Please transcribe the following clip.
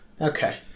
Okay